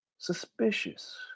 Suspicious